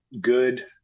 good